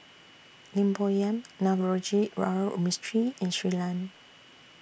Lim Bo Yam Navroji Mistri and Shui Lan